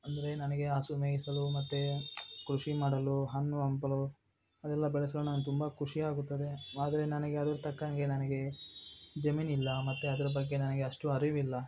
ಅಂದರೆ ನನಗೆ ಹಸು ಮೇಯಿಸಲು ಮತ್ತು ಕೃಷಿ ಮಾಡಲು ಹಣ್ಣು ಹಂಪಲು ಅದೆಲ್ಲ ಬೆಳೆಸಲು ನನ್ಗೆ ತುಂಬ ಖುಷಿ ಆಗುತ್ತದೆ ಆದರೆ ನನಗೆ ಅದಕ್ಕೆ ತಕ್ಕಂಗೆ ನನಗೆ ಜಮೀನಿಲ್ಲ ಮತ್ತು ಅದ್ರ ಬಗ್ಗೆ ನನಗೆ ಅಷ್ಟು ಅರಿವಿಲ್ಲ